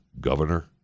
Governor